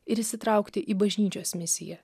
ir įsitraukti į bažnyčios misiją